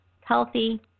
healthy